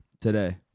today